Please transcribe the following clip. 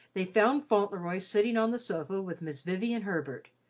they found fauntleroy sitting on the sofa with miss vivian herbert,